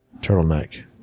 turtleneck